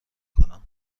کنم